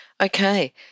Okay